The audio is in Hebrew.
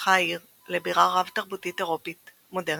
התפתחה העיר לבירה רב־תרבותית אירופית מודרנית,